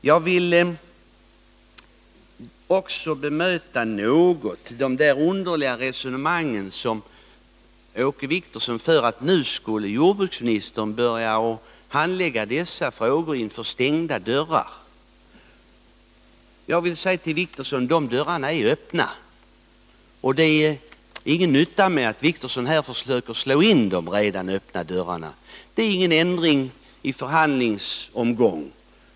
Jag vill också bemöta det underliga resonemang som Åke Wictorsson för om att jordbruksministern nu skall börja handlägga frågorna bakom stängda dörrar. Jag vill säga till Åke Wictorsson att de dörrarna är öppna. Det är ingen nytta med att Åke Wictorsson här försöker slå in de redan öppna dörrarna. Det har inte skett någon ändring i förhandlingsomgången.